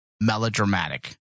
melodramatic